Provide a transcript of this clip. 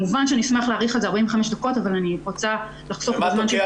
כמובן שאשמח להאריך על זה 45 דקות אבל אני רוצה לחסוך בזמן של